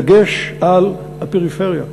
בדגש על הפריפריה.